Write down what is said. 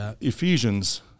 Ephesians